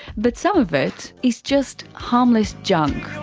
but some of it is just harmless junk.